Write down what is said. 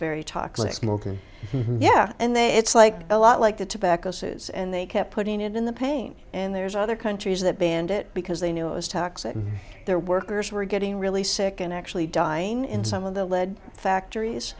and yeah and they it's like a lot like the tobacco suits and they kept putting it in the paint and there's other countries that banned it because they knew it was toxic their workers were getting really sick and actually dying in some of the lead factories